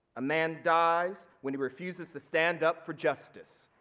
a man dies when he refuses to stand up for justice.